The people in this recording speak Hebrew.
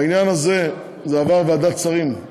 בעניין הזה זה עבר ועדת שרים,